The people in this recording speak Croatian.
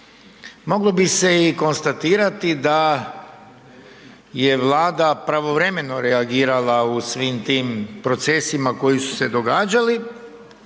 Moglo bi se konstatirati da je Vlada pravovremeno reagirala u svim tim procesima koji su se događali,